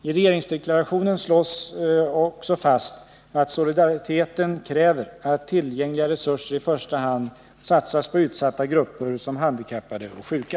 I regeringsdeklarationen slås också fast att solidariteten kräver att tillgängliga resurser i första hand satsas på utsatta grupper som handikappade och sjuka.